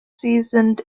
seasoned